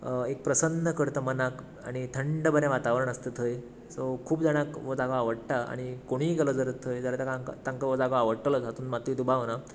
एक प्रसन्न करता मनाक आनी थंड बरें वातावरण आसता थंय सो खूब जाणांक हो जागो आवडटा आनी कोणीय गेलो जाल्यार थंय जाल्यार तांकां हो जागो आवडटलो हातूंत मात्तूय दुबाव ना